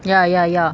ya ya ya